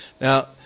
Now